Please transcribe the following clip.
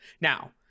Now